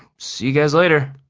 see you guys later.